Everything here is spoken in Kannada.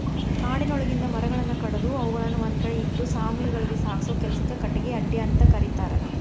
ಕಾಡಿನೊಳಗಿಂದ ಮರಗಳನ್ನ ಕಡದು ಅವುಗಳನ್ನ ಒಂದ್ಕಡೆ ಇಟ್ಟು ಸಾ ಮಿಲ್ ಗಳಿಗೆ ಸಾಗಸೋ ಕೆಲ್ಸಕ್ಕ ಕಟಗಿ ಅಡ್ಡೆಅಂತ ಕರೇತಾರ